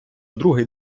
другий